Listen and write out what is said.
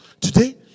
today